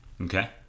Okay